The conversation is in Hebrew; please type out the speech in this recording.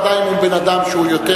ודאי לבן-אדם שהוא יותר,